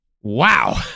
Wow